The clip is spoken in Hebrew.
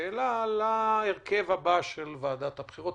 בשאלה להרכב הבא של ועדת החוץ והביטחון.